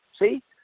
See